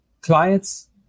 clients